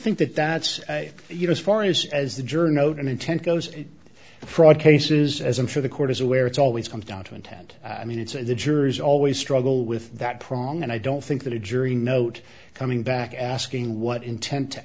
think that that's you know as far is as the jury note and intent goes fraud cases as i'm sure the court is aware it's always comes down to intent i mean it's a the jury's always struggle with that prong and i don't think that a jury note coming back asking what intent to